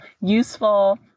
useful